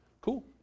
Cool